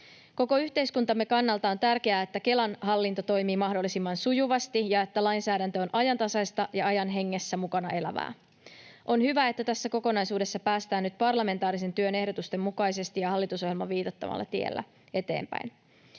Koko yhteiskuntamme kannalta on tärkeää, että Kelan hallinto toimii mahdollisimman sujuvasti ja että lainsäädäntö on ajantasaista ja ajan hengessä mukana elävää. On hyvä, että tässä kokonaisuudessa päästään nyt parlamentaarisen työn ehdotusten mukaisesti ja hallitusohjelman viitoittamalla tiellä eteenpäin.